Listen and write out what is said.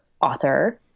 author-